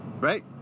Right